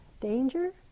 danger